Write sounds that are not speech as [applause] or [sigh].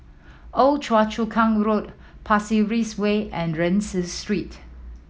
Old [unintelligible] Chu Kang Road Pasir Ris Way and Rienzi Street